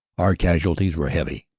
our casualties were heavy,